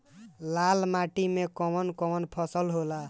लाल माटी मे कवन कवन फसल होला?